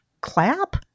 clap